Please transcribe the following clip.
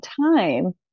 time